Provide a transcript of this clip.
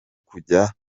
kujya